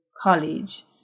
college